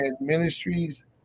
Ministries